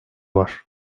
var